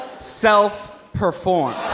self-performed